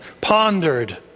pondered